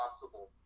possible